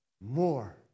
more